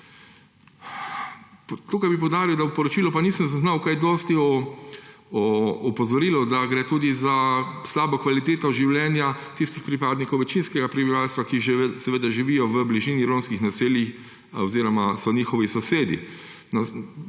Tukaj bi poudaril, da v poročilu nisem zaznal kaj dosti o opozorilu, da gre tudi za slabo kvaliteto življenja tistih pripadnikov večinskega prebivalstva, ki živijo v bližini romskih naselij oziroma so njihovi sosedi.